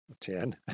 Ten